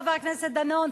חבר הכנסת דנון,